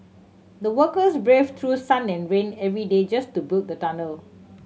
the workers braved through sun and rain every day just to build the tunnel